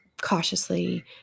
cautiously